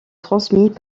transmis